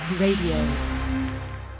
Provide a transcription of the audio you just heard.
Radio